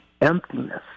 emptiness